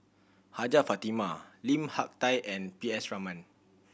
Hajjah Fatimah Lim Hak Tai and P S Raman